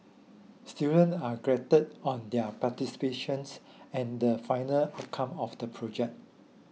students are graded on their participations and the final outcome of the project